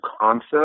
concept